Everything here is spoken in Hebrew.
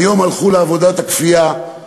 ביום הלכו לעבודת הכפייה.